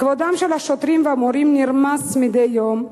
כבודם של השוטרים והמורים נרמס מדי יום ביומו,